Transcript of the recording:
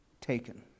taken